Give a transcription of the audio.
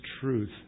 truth